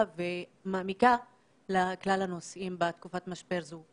ומעמיקה לכלל הנושאים בתקופת המשבר הזאת.